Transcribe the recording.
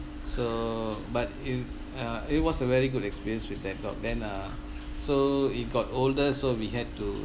so but in uh it was a very good experience with that dog then uh so it got older so we had to